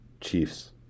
Chiefs